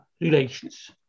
relations